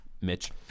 Mitch